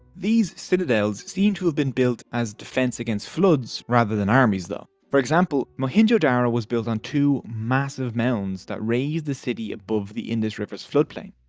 these citadel's seem to have been built as a defence against floods rather than armies though. for example, mohenjo-daro was built on two massive mounds that raised the city above the indus river's floodplain.